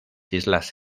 islas